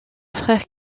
frère